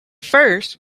first